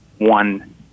one